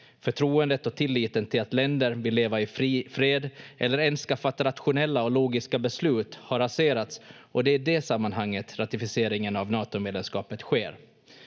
Förtroendet och tilliten till att länder vill leva i fred eller ens ska fatta rationella och logiska beslut har raserats, och det är i det sammanhanget ratificeringen av Natomedlemskapet sker.